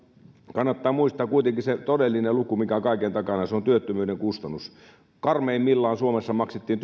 kannattaa muistaa kuitenkin se todellinen luku mikä on kaiken takana ja se on työttömyyden kustannus karmeimmillaan suomessa maksettiin